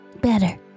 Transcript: Better